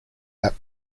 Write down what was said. lap